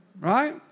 right